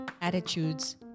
attitudes